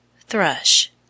Thrush